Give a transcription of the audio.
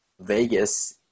Vegas